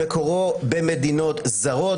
--מתקציבו מקורו במדינות זרות,